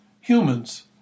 humans